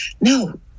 no